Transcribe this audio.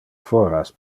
foras